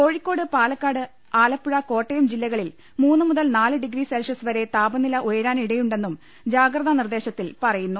കോഴിക്കോട് പാലക്കാട് ആലപ്പുഴ കോട്ടയം ജില്ലകളിൽ മൂന്ന് മുതൽ നാല് ഡിഗ്രി സെൽഷ്യസ് വരെ താപനില ഉയരാനിടയുണ്ടെന്നും ജാഗ്രതാനിർദ്ദേശത്തിൽ പറയുന്നു